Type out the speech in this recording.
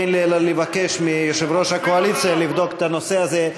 אין לי אלא לבקש מיושב-ראש הקואליציה לבדוק את הנושא הזה.